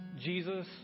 Jesus